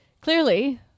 Clearly